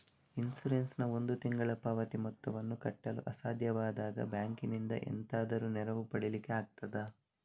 Insurance ನ ಒಂದು ತಿಂಗಳ ಪಾವತಿ ಮೊತ್ತವನ್ನು ಕಟ್ಟಲು ಅಸಾಧ್ಯವಾದಾಗ ಬ್ಯಾಂಕಿನಿಂದ ಎಂತಾದರೂ ನೆರವು ಪಡಿಲಿಕ್ಕೆ ಆಗ್ತದಾ?